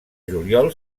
juliol